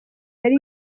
yari